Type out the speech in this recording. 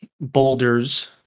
boulders